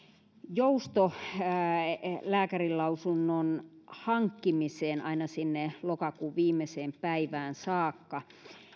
jousto lääkärinlausunnon hankkimiseen aina sinne lokakuun viimeiseen päivään saakka